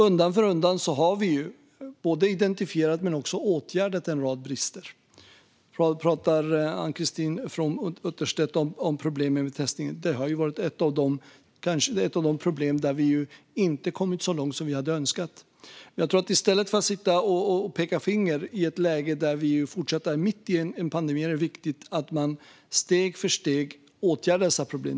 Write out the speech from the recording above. Undan för undan har vi både identifierat och åtgärdat en rad brister. Ann-Christine From Utterstedt pratar om problemen med testningen. De hör till de problem där vi inte kommit så långt som vi hade önskat. I stället för att peka finger i ett läge där vi fortfarande är mitt i en pandemi tror jag att det är viktigt att man steg för steg åtgärdar dessa problem.